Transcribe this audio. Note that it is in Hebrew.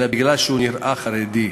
אלא כי הוא נראה חרדי.